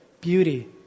beauty